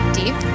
deep